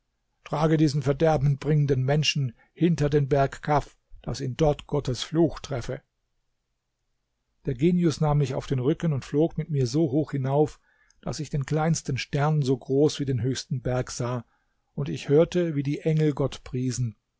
trage diesen verderbenbringenden menschen hinter den berg kaf daß ihn dort gottes fluch treffe der genius nahm mich auf den rücken und flog mit mir so hoch hinauf daß ich den kleinsten stern so groß wie den höchsten berg sah und ich hörte wie die engel gott priesen